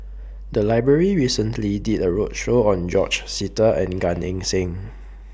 The Library recently did A roadshow on George Sita and Gan Eng Seng